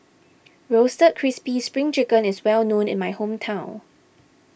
Roasted Crispy Spring Chicken is well known in my hometown